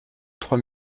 trois